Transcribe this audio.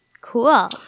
Cool